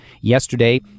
yesterday